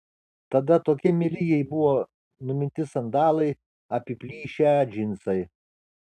tada tokie mieli jai buvo numinti sandalai apiplyšę džinsai